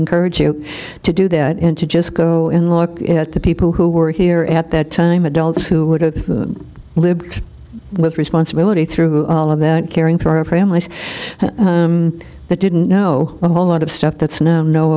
free to do that and to just go and look at the people who were here at that time adults who would've lived with responsibility through all of that caring for our families that didn't know a whole lot of stuff that's not kno